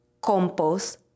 compost